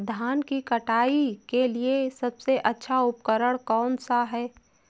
धान की कटाई के लिए सबसे अच्छा उपकरण कौन सा है?